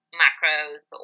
macros